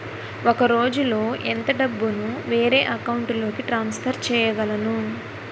ఒక రోజులో ఎంత డబ్బుని వేరే అకౌంట్ లోకి ట్రాన్సఫర్ చేయగలను?